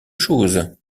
chose